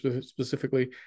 specifically